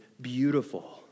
beautiful